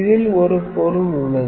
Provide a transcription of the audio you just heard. இதில் ஒரு பொருள் உள்ளது